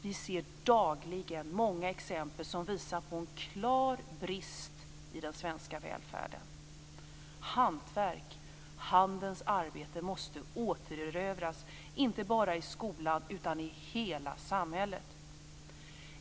Vi ser dagligen många exempel som visar på en klar brist i den svenska välfärden. Hantverk, handens arbete, måste återerövras inte bara i skolan utan i hela samhället.